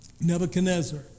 Nebuchadnezzar